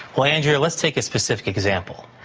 well andrea, let's take a specific example.